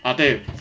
ah 对